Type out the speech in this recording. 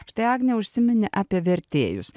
štai agnė užsiminė apie vertėjus